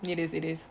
it is it is